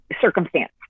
circumstance